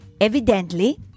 Evidently